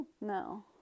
No